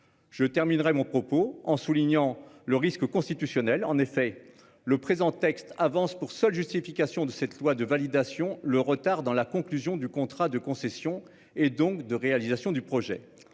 Je terminerai mon propos en soulignant le risque constitutionnel en effet le présent texte avance pour seule justification de cette loi de validation. Le retard dans la conclusion du contrat de concession et donc de réalisation du projet.